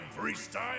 freestyle